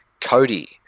Cody